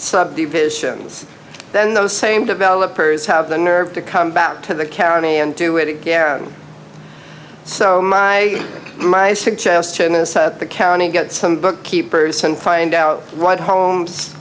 subdivisions then those same developers have the nerve to come back to the county and do it again so my my suggestion is the county get some book keepers and find out what homes